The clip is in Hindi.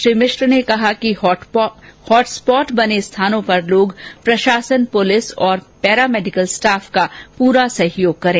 श्री मिश्र ने कहा कि हॉट स्पॉट बने स्थानों पर लोग प्रशासन पुलिस और पैरामेडिकल स्टाफ का पूरा सहयोग करें